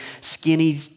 skinny